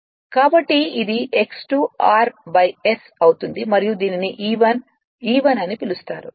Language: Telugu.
కాబట్టి ఇది X2 'r' S అవుతుంది మరియు దీనిని E 1 E 1 అని పిలుస్తారు